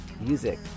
music